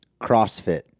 CrossFit